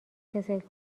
کسل